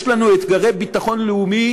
יש לנו אתגרי ביטחון לאומי